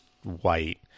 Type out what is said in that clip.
white